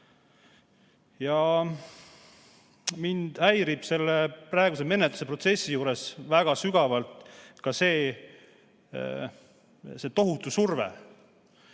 Mind häirib selle praeguse menetlusprotsessi juures väga sügavalt ka see tohutu surve.